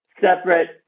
separate